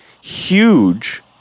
huge